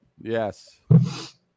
Yes